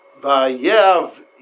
vayev